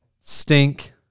Stink